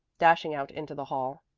dashing out into the hall.